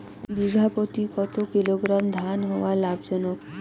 বিঘা প্রতি কতো কিলোগ্রাম ধান হওয়া লাভজনক?